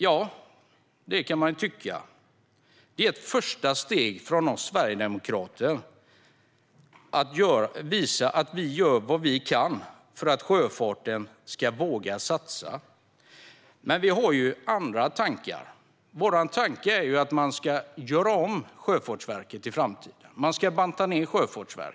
Jo, det kan man tycka, men det är ett första steg från oss sverigedemokrater för att visa att vi gör vad vi kan för att sjöfarten ska våga satsa. Men vi har andra tankar. Vår tanke är att man ska göra om Sjöfartsverket och banta ned det i framtiden.